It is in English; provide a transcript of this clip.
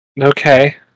Okay